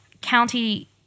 County